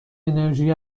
انرژی